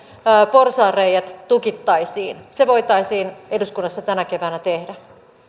porsaanreiät tukittaisiin se voitaisiin eduskunnassa tänä keväänä tehdä